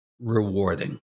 rewarding